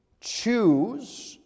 choose